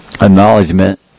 acknowledgement